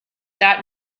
that